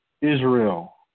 Israel